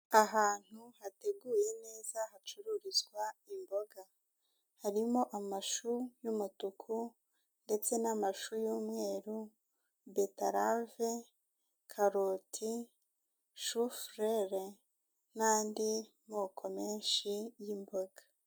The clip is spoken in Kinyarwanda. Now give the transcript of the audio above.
Ahantu hateguyewe neza hacururizwa imboga, harimo amashu y'umutuku ndetse n'amashu y'umweru betarave karoti shufurere n'andi moko menshi y'imboga.